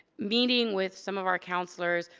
meeting with some of our counselors,